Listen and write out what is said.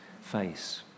face